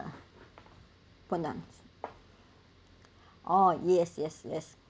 oh yes yes yes